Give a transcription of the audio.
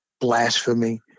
blasphemy